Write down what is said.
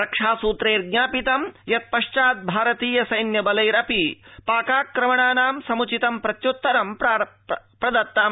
रक्षास्त्रैज्ञापित यत् पश्चात् भारतीय सैन्य बलैरपि पाकाक्रमणानां समुचितं प्रत्युत्तरं प्रदत्तम्